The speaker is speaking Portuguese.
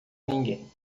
ninguém